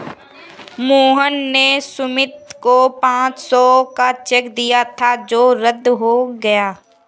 मोहन ने सुमित को पाँच सौ का चेक दिया था जो रद्द हो गया